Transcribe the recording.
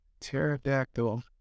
pterodactyl